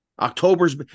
October's